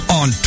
on